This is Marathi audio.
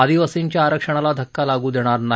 आदिवासींच्या आरक्षणाला धक्का लागू देणार नाही